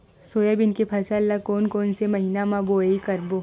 Soybean के फसल ल कोन कौन से महीना म बोआई करबो?